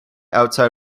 outside